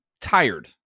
tired